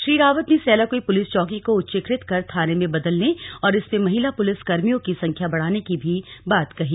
श्री रावत ने सेलाक्ई पुलिस चौकी को उच्चीकृत कर थाने में बदलने और इसमें महिला पुलिस कर्मियों की संख्या बढ़ाने की बात भी कही